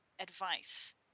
advice